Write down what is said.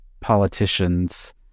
politicians